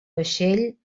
vaixell